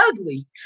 ugly